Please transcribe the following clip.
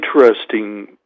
interesting